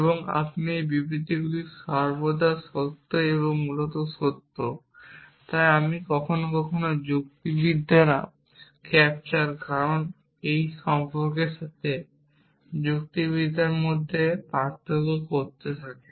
এবং এই বিবৃতিগুলি সর্বদা সত্যই মূলত সত্য তাই আমি কখনও কখনও যুক্তিবিদরা ক্যাপচার কারণ এবং সম্পর্কের সাথে যুক্তিবিদ্যার মধ্যে পার্থক্য করতে থাকে